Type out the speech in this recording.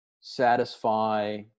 satisfy